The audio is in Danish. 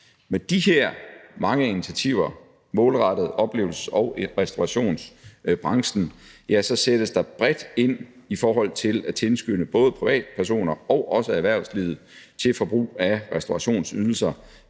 Med de her mange initiativer målrettet oplevelses- og restaurationsbranchen sættes der bredt ind i forhold til at tilskynde både privatpersoner og erhvervslivet til forbrug af restaurationsydelser